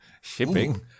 shipping